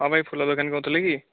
ହଁ ଭାଇ ଫୁଲ ଦୋକାନୀ କହୁଥିଲେ କି